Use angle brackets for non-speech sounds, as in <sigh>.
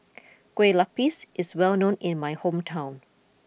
<noise> Kueh Lupis is well known in my hometown